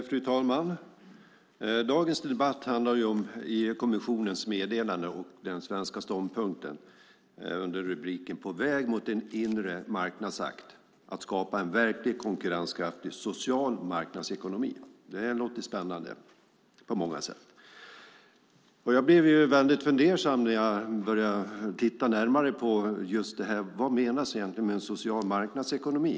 Fru talman! Dagens debatt handlar om EU-kommissionens meddelande och den svenska ståndpunkten under rubriken På väg mot en inre marknadsakt . Att skapa en verkligt konkurrenskraftig social marknadsekonomi låter spännande på många sätt. Jag blev väldigt fundersam när jag började titta närmare på vad som egentligen menas med en social marknadsekonomi.